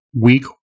weak